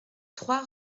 trois